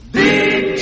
big